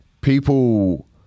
people